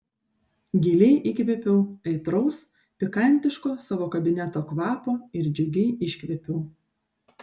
giliai įkvėpiau aitraus pikantiško savo kabineto kvapo ir džiugiai iškvėpiau